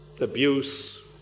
abuse